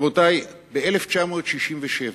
רבותי, ב-1967,